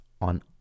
on